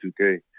2K